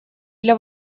для